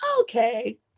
Okay